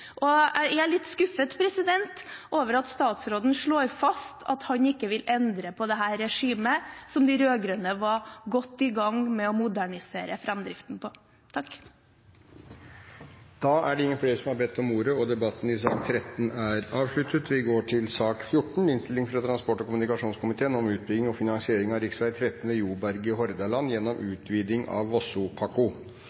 og jeg er litt skuffet over at statsråden slår fast at han ikke vil endre på dette regimet, som de rød-grønne var godt i gang med å modernisere framdriften på. Flere har ikke bedt om ordet til sak nr. 13. Etter ønske fra transport- og kommunikasjonskomiteen vil presidenten foreslå at taletiden blir begrenset til 5 minutter til hver gruppe og